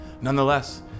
Nonetheless